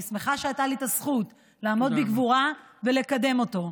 אני שמחה שהייתה לי הזכות לעמוד בגבורה ולקדם אותו,